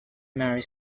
mary